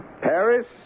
Paris